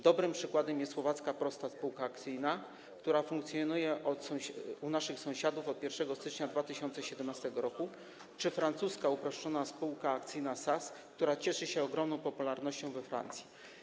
Dobrym przykładem jest słowacka prosta spółka akcyjna, która funkcjonuje u naszych sąsiadów od 1 stycznia 2017 r., czy francuska uproszczona spółka akcyjna SAS, która cieszy się ogromną popularnością we Francji.